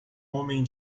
homem